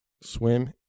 Swim